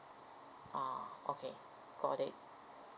ah okay got it